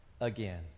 again